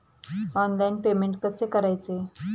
Online payment कसे करायचे?